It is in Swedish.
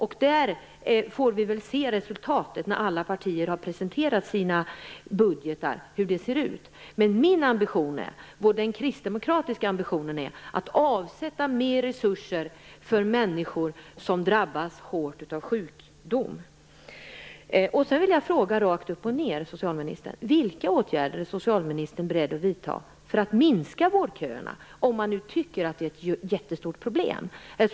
Vi får väl se hur resultatet ser ut när alla partier har presenterat sina budgetar, men min ambition, och den kristdemokratiska ambitionen, är att avsätta mer resurser för människor som drabbas hårt av sjukdom.